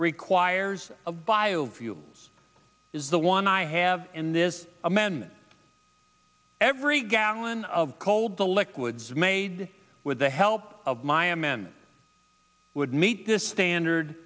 requires of biofuels is the one i have in this amendment every gallon of cold the liquids made with the help of my men would meet this standard